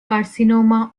carcinoma